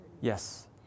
Yes